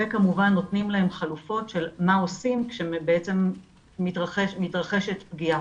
וכמובן נותנים להם חלופות של מה עושים כשמתרחשת פגיעה.